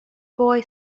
boy